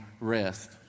rest